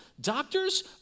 doctors